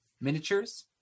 miniatures